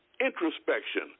introspection